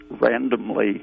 randomly